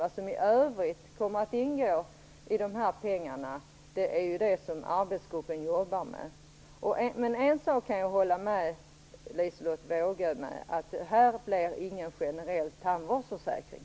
Vad som kommer att ingå i övrigt jobbar arbetsgruppen med nu. Jag kan hålla med Liselotte Wågö om en sak, nämligen att det här inte blir någon generell tandvårdsförsäkring.